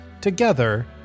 together